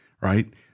Right